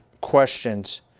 questions